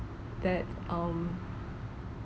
that um